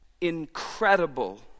incredible